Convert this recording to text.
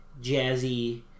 jazzy